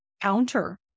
counter